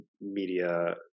media